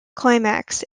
climax